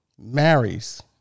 marries